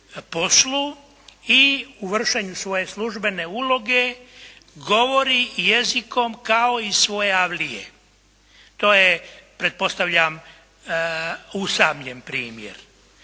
i u vršenju svoje službene uloge, govori jezikom kao iz svoje avlije. To je, pretpostavljam, usamljen primjer.